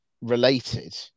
related